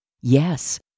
Yes